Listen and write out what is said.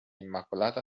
immacolata